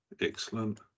excellent